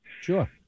Sure